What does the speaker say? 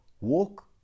Walk